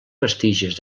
vestigis